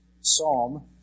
Psalm